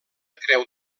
creu